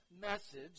message